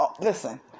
listen